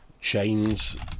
chains